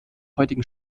heutigen